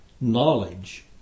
knowledge